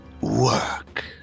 work